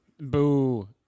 boo